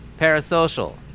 Parasocial